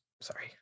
sorry